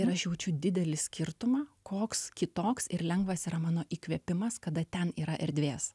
ir aš jaučiu didelį skirtumą koks kitoks ir lengvas yra mano įkvėpimas kada ten yra erdvės